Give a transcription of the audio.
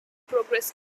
progress